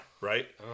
Right